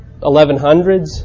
1100s